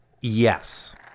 Yes